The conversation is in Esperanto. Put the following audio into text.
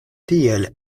tiel